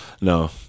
No